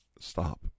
stop